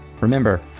remember